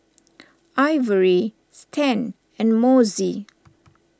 Ivory Stan and Mossie